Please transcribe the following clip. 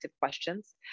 questions